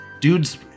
Dude's